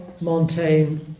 Montaigne